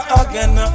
again